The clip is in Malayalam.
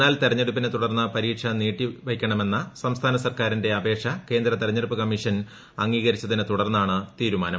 എന്നാൽ തെരഞ്ഞെടുപ്പിനെ തൂടർന്ന് പരീക്ഷ നീട്ടിവയ്ക്കണമെന്ന സംസ്ഥാന സർക്കാരിന്റെ അ്പ്പേക്ഷ കേന്ദ്ര തെരഞ്ഞെടുപ്പ് കമ്മീഷൻ അംഗീകരിച്ചതിനെ തുടർന്ന്റ്ണ്ട് തീരുമാനം